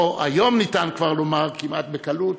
או, היום ניתן כבר לומר כמעט בקלות: